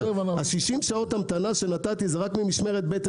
ה-60 שעות המתנה שנתתי זה רק ממשמרת ב'